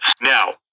Now